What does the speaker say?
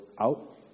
out